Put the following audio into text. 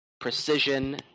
precision